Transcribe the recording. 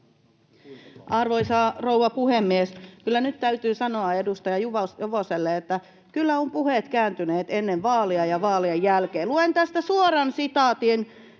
Arvoisa rouva puhemies! Kyllä nyt täytyy sanoa edustaja Juvoselle, että kyllä ovat puheet kääntyneet ennen vaaleja ja vaalien jälkeen. [Arja Juvosen